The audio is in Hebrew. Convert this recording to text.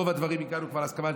ברוב הדברים הגענו כבר להסכמה,